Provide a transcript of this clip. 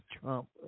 Trump